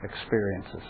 experiences